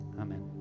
amen